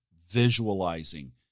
visualizing